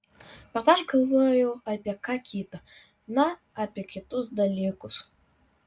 bet aš galvojau apie ką kita na apie kitus dalykus